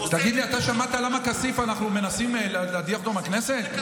תגיד אתה שמעת למה אנחנו מנסים להדיח את כסיף מהכנסת?